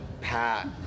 Pat